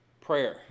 prayer